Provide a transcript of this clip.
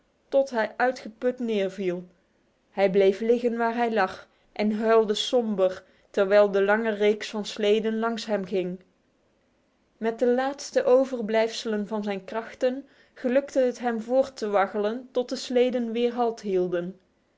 tot hij uitgeput neerviel hij bleef liggen waar hij lag en huilde somber terwijl de lange reeks van sleden langs hem ging met de laatste overblijfselen van zijn krachten gelukte het hem voort te waggelen tot de sleden weer